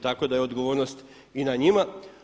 Tako da je odgovornost i na njima.